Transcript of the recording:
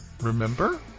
Remember